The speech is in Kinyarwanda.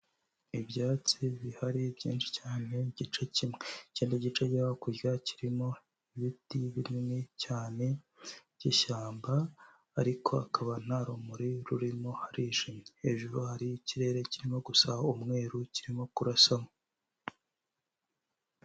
Ibyatsi bihari byinshi cyane igice kimwe ikindi gice cyo hakurya kirimo ibiti binini cyane by'ishyamba ariko hakaba nta rumuri rurimo harijimye, hejuru hari ikirere kirimo gusa umweru kirimo kurasamo.